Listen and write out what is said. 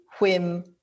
whim